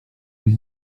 boś